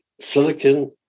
silicon